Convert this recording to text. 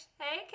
Hey